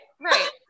right